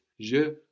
Je